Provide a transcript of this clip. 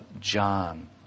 John